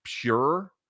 Pure